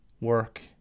work